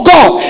God